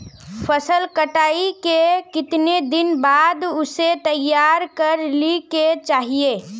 फसल कटाई के कीतना दिन बाद उसे तैयार कर ली के चाहिए?